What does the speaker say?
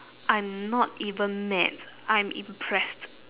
I'm not even mad I'm impressed